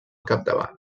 capdavant